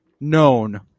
known